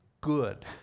good